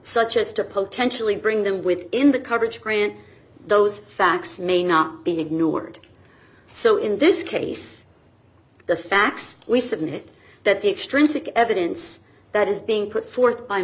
such as to potentially bring them with in the coverage grant those facts may not be ignored so in this case the facts we submit that the extrinsic evidence that is being put forth by